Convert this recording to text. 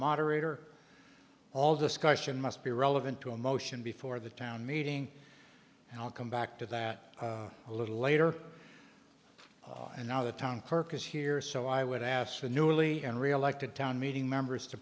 moderator all discussion must be relevant to a motion before the town meeting and i'll come back to that a little later and now the town purpose here so i would ask the newly and reelected town meeting members to